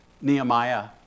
Nehemiah